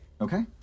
Okay